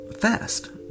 fast